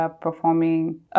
performing